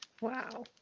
Wow